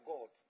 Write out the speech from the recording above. God